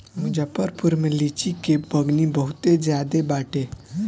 मुजफ्फरपुर में लीची के बगानी बहुते ज्यादे बाटे